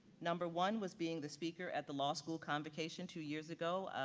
number one was being the speaker at the law school convocation two years ago,